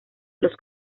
los